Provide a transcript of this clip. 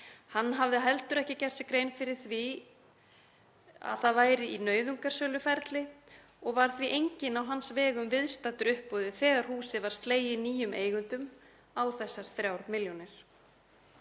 Hann hefði heldur ekki gert sér grein fyrir því að það væri í nauðungarsöluferli og var því enginn á hans vegum viðstaddur uppboðið þegar húsið var slegið nýjum eigendum á þessar 3 milljónir.